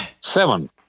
Seven